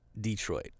Detroit